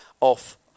off